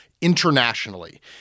internationally